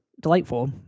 delightful